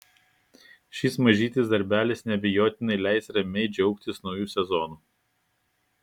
šis mažytis darbelis neabejotinai leis ramiai džiaugtis nauju sezonu